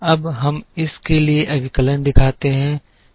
अब हम इस एक के लिए अभिकलन दिखाते हैं